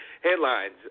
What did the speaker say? headlines